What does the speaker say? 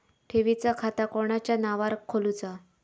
ठेवीचा खाता कोणाच्या नावार खोलूचा?